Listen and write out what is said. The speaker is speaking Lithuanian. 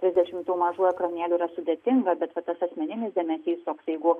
trisdešimt tų mažų ekranėlių yra sudėtinga bet va tas asmeninis dėmesys toks jeigu